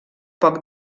poc